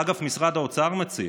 את זה, אגב, משרד האוצר מציע.